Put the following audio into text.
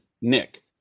Nick